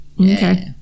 Okay